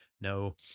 No